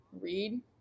read